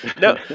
No